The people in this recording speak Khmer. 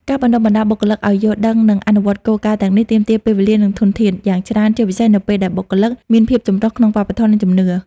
ការបណ្ដុះបណ្ដាលបុគ្គលិកឱ្យយល់ដឹង និងអនុវត្តគោលការណ៍ទាំងនេះទាមទារ ពេលវេលា និងធនធាន យ៉ាងច្រើន ជាពិសេសនៅពេលដែលបុគ្គលិកមានភាពចម្រុះក្នុងវប្បធម៌ និងជំនឿ។